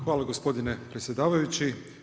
Hvala gospodine predsjedavajući.